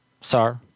sir